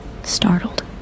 startled